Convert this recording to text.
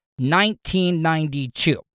1992